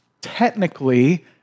technically